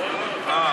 אני